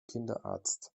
kinderarzt